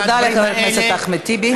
תודה לחבר הכנסת אחמד טיבי.